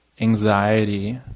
anxiety